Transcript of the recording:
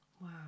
Wow